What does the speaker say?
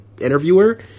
interviewer